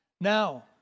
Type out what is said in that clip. Now